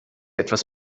etwas